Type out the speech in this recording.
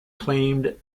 claimed